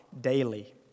daily